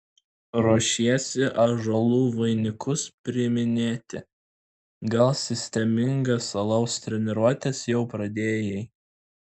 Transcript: ruošiesi ąžuolų vainikus priiminėti gal sistemingas alaus treniruotes jau pradėjai